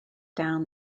down